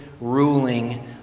ruling